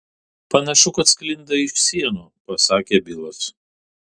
panašu kad sklinda iš sienų pasakė bilas